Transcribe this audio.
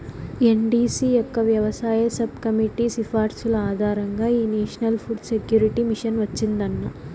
NDC యొక్క వ్యవసాయ sub committee సిఫార్సుల ఆధారంగా ఈ నేషనల్ ఫుడ్ సెక్యూరిటీ మిషన్ వచ్చిందన్న